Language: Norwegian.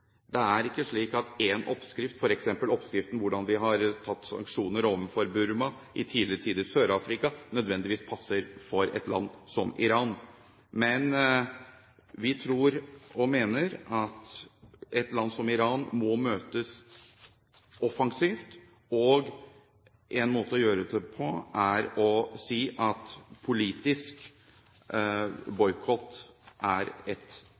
Det er ikke slik at én oppskrift, f.eks. oppskriften på hvordan vi har hatt sanksjoner overfor Burma, eller tidligere overfor Sør-Afrika, nødvendigvis passer for et land som Iran. Men vi tror og mener at et land som Iran må møtes offensivt. En måte å gjøre det på er å si at politisk boikott er ett